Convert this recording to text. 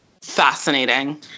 Fascinating